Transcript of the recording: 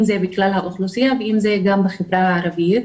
אם זה בכלל האוכלוסייה ואם זה גם בחברה הערבית,